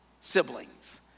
siblings